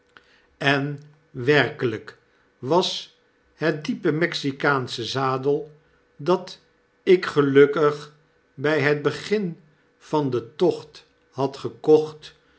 en werkelijk was het diepe mexikaansche zaal dat ik gelukkig by het begin van den tocht had gekocht